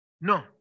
No